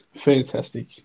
Fantastic